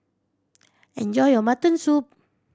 enjoy your mutton soup